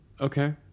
Okay